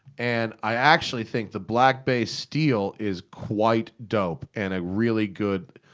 and i actually think the black bay steel is quite dope. and a really good.